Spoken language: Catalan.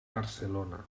barcelona